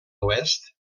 oest